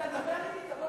אתה רוצה לדבר איתי?